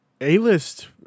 A-list